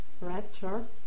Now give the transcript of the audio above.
rapture